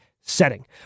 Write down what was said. setting